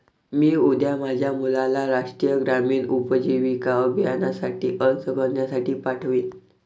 मी उद्या माझ्या मुलाला राष्ट्रीय ग्रामीण उपजीविका अभियानासाठी अर्ज करण्यासाठी पाठवीन